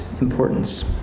importance